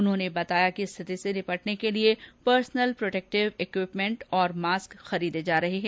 उन्होंने बताया कि स्थिति से निपटने के लिए पर्सनल प्रोटेक्टिव इक्यूपमेंट तथा मास्क खरीदे जा रहे हैं